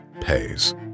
pays